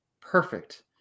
Perfect